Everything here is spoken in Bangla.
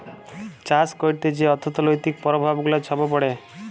চাষ ক্যইরে যে অথ্থলৈতিক পরভাব গুলা ছব পড়ে